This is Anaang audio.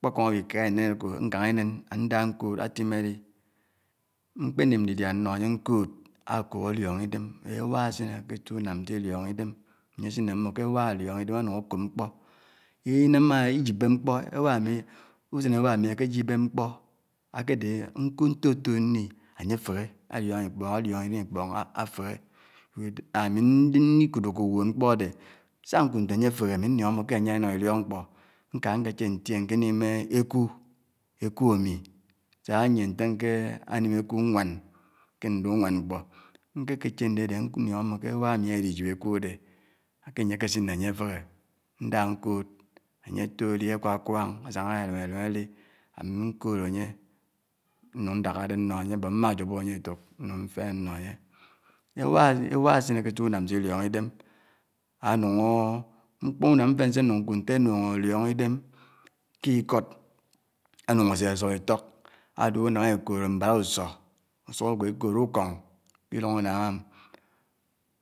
Mkpókòm ábi kaa ènèn ákò, nkáng ènèn ándá nkòd átimmè di, mkpe nim ndidiá nó ányè nkòd ákòb áliòngò idèm, éwà ásinè kè áti unám s’idiòngò idèm ányè sin nè mbò kè éwà álióngò idèm ànuk ákòb mkpò, inámmá yikpè mkpò, éwà ámi, usèn éwà ámi ákèyikpè mkpò àkèdè nkud, ntòtò ndi, ányè fehè, áliòngò, ikpóng, á diòngò idèm ikpòng áfèhè, ami ndi kuto kud mkpò ádè sà nkud ntè áfèhè ámi nlióngò kè ányè ánám idiók mkpò, nkaa nkè chè ntiènke nímmè èku, èku ámi sà ániè ntè nkè anim èku nwàn kè ndè uwàn mkpó. Nkè kè sè ndè ádè nliòngò mbò kè éwà ámi ádè ádiyip èku ádè kè ányè ákèsin n’ènyè áfèhè, ndà nkòd ányè nung ndákárè nnò ányé but mmà jupò ányè ètòk nung mfèn nnò ányè. Éwà ásinè, éwà ásiné kè átu unàm si diòngò idèm ánung mkpò unàm mfèn sè nung nkud ntè ánuk áliòngò idem kè ukót ánung àsè ásòp itòk ádè unàm èkòrò mbàrà-usò, usuk ágwò èkod ukòng kè idung ánnàng ám.